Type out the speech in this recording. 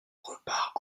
repart